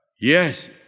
yes